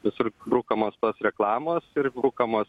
visur brukamos reklamos ir brukamos